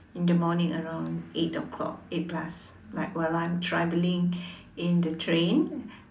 in the morning around eight o'clock eight plus when I am traveling in the train